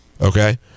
okay